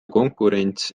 konkurents